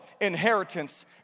inheritance